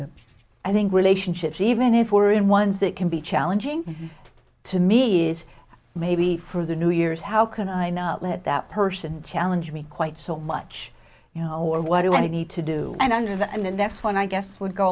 know i think relationships even if we're in ones that can be challenging to me is maybe for the new years how can i not let that person challenge me quite so much you know or what do i need to do and under the and then that's when i guess would go